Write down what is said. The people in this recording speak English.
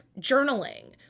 journaling